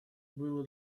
было